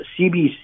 CBC